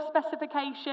specification